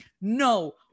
no